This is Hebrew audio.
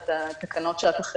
זה תנאי שנוסף